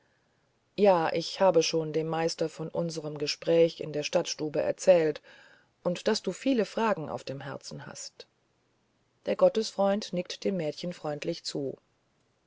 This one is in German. ja ich habe schon dem meister von unserem gespräch in der stadtstube erzählt und daß du viele fragen auf dem herzen hast der gottesfreund nickt dem mädchen freundlich zu